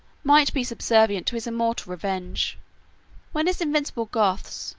might be subservient to his immortal revenge when his invincible goths,